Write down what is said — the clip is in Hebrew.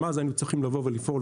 גם אז היינו צריכים לבוא ולפעול,